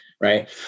right